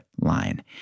line